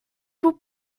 vous